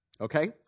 Okay